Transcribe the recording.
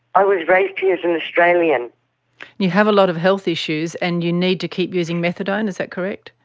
i was raised here as an australian. and you have a lot of health issues and you need to keep using methadone, is that correct?